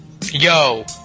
yo